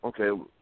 okay